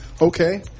Okay